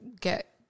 get